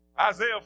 Isaiah